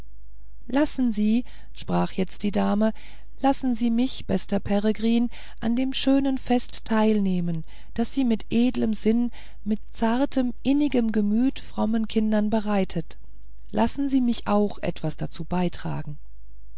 lassen sie sprach jetzt die dame lassen sie mich bester peregrin an dem schönen fest teilnehmen das sie mit edlem sinn mit zartem innigem gemüt frommen kindern bereitet lassen sie mich auch etwas dazu beitragen